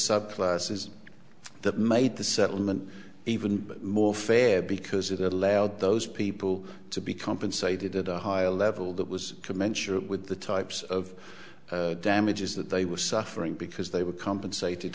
subclasses that made the settlement even more fair because it allowed those people to be compensated at a higher level that was commensurate with the types of damages that they were suffering because they were compensated